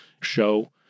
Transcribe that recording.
show